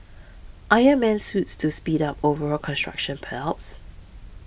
Iron Man Suits to speed up overall construction perhaps